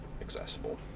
accessible